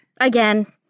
Again—